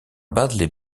badly